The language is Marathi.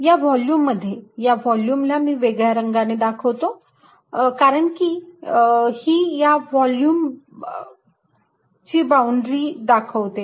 या व्हॉल्युम मध्ये या व्हॉल्युमला मी वेगळ्या रंगाने दाखवतो कारण की ही या व्हॉल्युमची बाउंड्री दाखवते